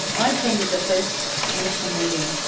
i attended the first initial meeting.